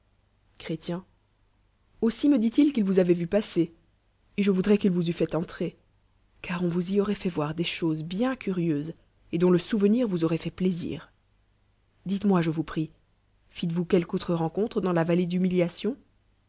aussi me dit-il qu'il vous avoit va passcr et je voudrois qu'il vous edt fait entrer car on voue y auroit fait voir des chose bien curieuses et dont le souvenir vous auroit fait plaisir dite moi je vous prie fit vous quelque autre rencontre dans la vallée d'humiliation